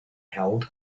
held